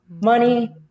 money